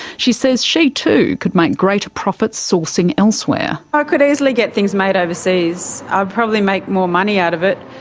she says she too could make greater profits sourcing elsewhere. i ah could easily get things made overseas. i would probably make more money out of it.